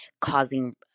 causing